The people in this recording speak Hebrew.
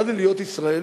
מה זה להיות ישראלי?